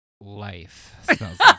life